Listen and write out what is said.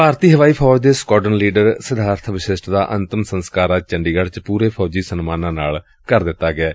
ਭਾਰਤੀ ਹਵਾਈ ਫੌਜ ਦੇ ਸੁਕਾਡਰਨ ਲੀਡਰ ਸਿਧਾਰਬ ਵਸ਼ਿਸ਼ਟ ਦਾ ਅੰਤਮ ਸੰਸਕਾਰ ਅੱਜ ਚੰਡੀਗੜ੍ਹ ਚ ਪੂਰੇ ਫੌਜੀ ਸਨਮਾਨਾਂ ਨਾਲ ਕਰ ਦਿੱਤਾ ਗਿਐ